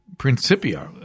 Principia